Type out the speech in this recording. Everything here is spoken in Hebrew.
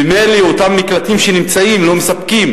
ממילא, אותם מקלטים שנמצאים לא מספקים.